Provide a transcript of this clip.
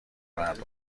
مردم